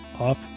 UP